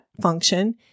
function